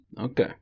Okay